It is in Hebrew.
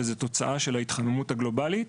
וזו תוצאה של ההתחממות הגלובאלית,